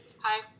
Hi